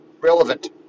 relevant